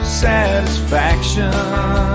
satisfaction